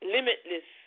Limitless